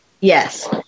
Yes